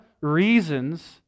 reasons